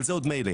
אבל זה עוד מילא.